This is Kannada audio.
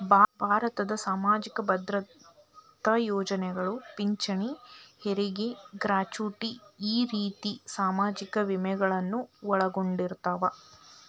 ಭಾರತದ್ ಸಾಮಾಜಿಕ ಭದ್ರತಾ ಯೋಜನೆಗಳು ಪಿಂಚಣಿ ಹೆರಗಿ ಗ್ರಾಚುಟಿ ಈ ರೇತಿ ಸಾಮಾಜಿಕ ವಿಮೆಗಳನ್ನು ಒಳಗೊಂಡಿರ್ತವ